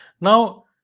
Now